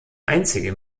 einzige